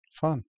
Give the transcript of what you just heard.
Fun